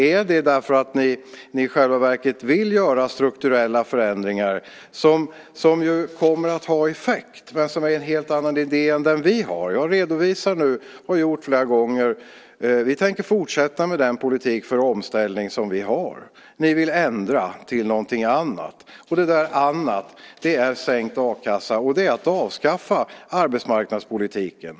Är det därför att ni i själva verket vill göra dessa strukturella förändringar, som ju kommer att ha effekt men som är en helt annan idé än den vi har? Jag redovisar nu, och har gjort så flera gånger, att vi tänker fortsätta med den politik för omställning som vi har. Ni vill ändra till någonting annat, och detta "annat" är sänkt a-kassa. Det är att avskaffa arbetsmarknadspolitiken.